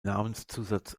namenszusatz